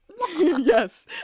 Yes